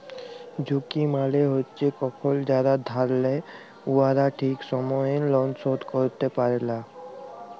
ঝুঁকি মালে হছে কখল যারা ধার লেই উয়ারা ঠিক সময়ে লল শোধ ক্যইরতে লা পারে